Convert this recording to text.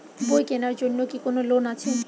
বই কেনার জন্য কি কোন লোন আছে?